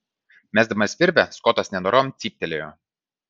mesdamas virvę skotas nenorom cyptelėjo